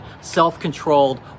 self-controlled